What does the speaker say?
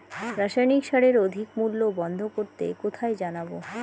রাসায়নিক সারের অধিক মূল্য বন্ধ করতে কোথায় জানাবো?